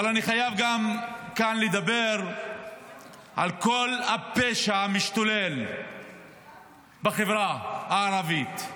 אבל אני חייב גם לדבר כאן על כל הפשע המשתולל בחברה הערבית.